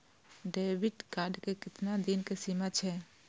Debit card के केतना दिन के सीमा छै?